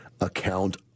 account